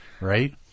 right